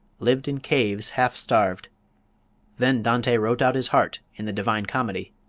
lived in caves, half starved then dante wrote out his heart in the divine comedy.